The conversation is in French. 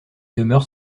demeure